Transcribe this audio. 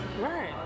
Right